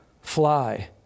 fly